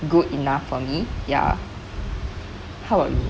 good enough for me ya how about you